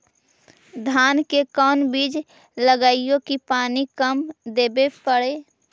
धान के कोन बिज लगईऐ कि पानी कम देवे पड़े?